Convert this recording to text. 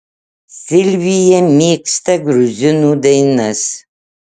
silvija mėgsta gruzinų dainas